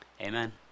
Amen